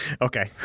Okay